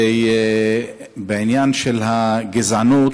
בעניין של הגזענות,